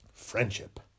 friendship